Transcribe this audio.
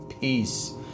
peace